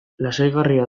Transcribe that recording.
lasaigarria